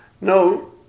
no